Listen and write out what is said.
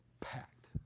packed